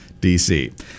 DC